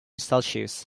celsius